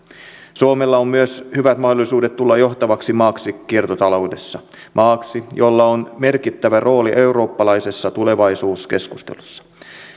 suomella on myös hyvät mahdollisuudet tulla johtavaksi maaksi kiertotaloudessa maaksi jolla on merkittävä rooli eurooppalaisessa tulevaisuuskeskustelussa